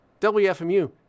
WFMU